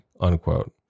Unquote